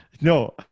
No